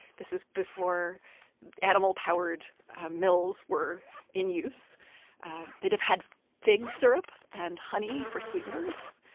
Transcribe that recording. this is before animal-powered mills were in use they'd have had fig syrup and honey for sweeteners.